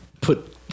put